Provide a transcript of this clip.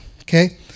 okay